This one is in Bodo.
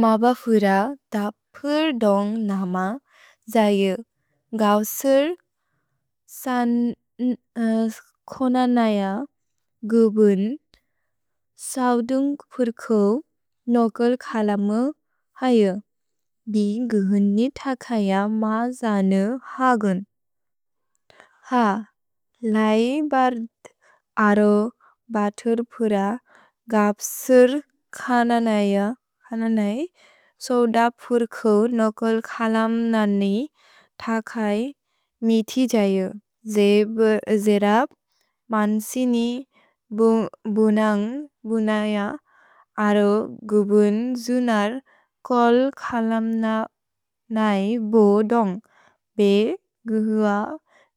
मबफुर तपुर् दोन्ग् नम जयु। गप्सुर् सन् कोननय गुबुन् सव्दुन्ग् पुर्कु नोकुल् कलमु हयु। भि गुहुन्नि तकय म जनु हगुन्। ह, लै बर्त् अरो बतुर् पुर गप्सुर् कननय सव्द पुर्कु नोकुल् कलमु ननि तकय मिति जयु। जेब् जिरप् मन् सिनि बुनन्ग् बुनय अरो गुबुन् जुनर् कोल् कलमु ननि बो दोन्ग्। भे गुहुअ